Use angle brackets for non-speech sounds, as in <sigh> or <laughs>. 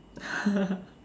<laughs>